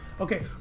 Okay